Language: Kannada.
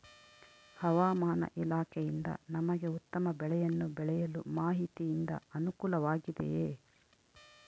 ಹವಮಾನ ಇಲಾಖೆಯಿಂದ ನಮಗೆ ಉತ್ತಮ ಬೆಳೆಯನ್ನು ಬೆಳೆಯಲು ಮಾಹಿತಿಯಿಂದ ಅನುಕೂಲವಾಗಿದೆಯೆ?